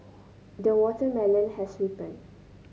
the watermelon has ripened